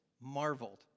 marveled